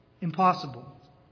impossible